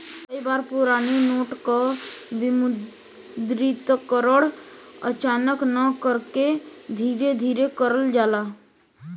कई बार पुराना नोट क विमुद्रीकरण अचानक न करके धीरे धीरे करल जाला